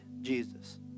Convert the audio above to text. Jesus